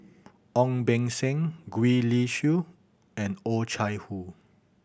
Ong Beng Seng Gwee Li Sui and Oh Chai Hoo